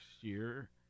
year